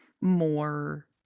more